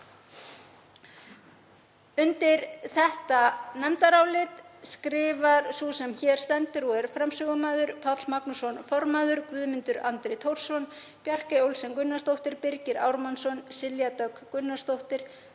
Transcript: Undir þetta nefndarálit skrifar sú sem hér stendur og er framsögumaður, Páll Magnússon, formaður, Guðmundur Andri Thorsson, Bjarkey Olsen Gunnarsdóttir, Birgir Ármannsson, Silja Dögg Gunnarsdóttir,